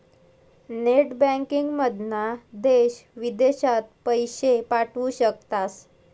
net बँकिंगमधना देश विदेशात पैशे पाठवू शकतास